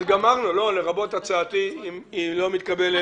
אז הצעתי לא מתקבלת.